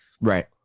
Right